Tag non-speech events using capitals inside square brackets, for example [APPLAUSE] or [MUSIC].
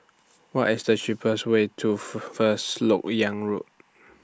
What IS The cheapest Way to [NOISE] First Lok Yang Road